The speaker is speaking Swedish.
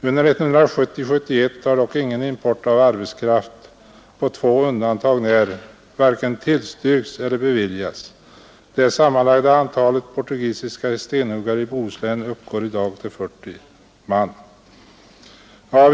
Under 1970-1971 har dock ingen import av arbetskraft, på två undantag när, vare sig tillstyrkts eller beviljats. Det sammanlagda antalet portugisiska stenhuggare i Bohuslän uppgår i dag till 40 man.